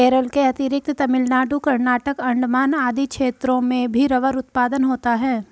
केरल के अतिरिक्त तमिलनाडु, कर्नाटक, अण्डमान आदि क्षेत्रों में भी रबर उत्पादन होता है